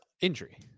injury